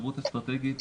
חשיבות אסטרטגית,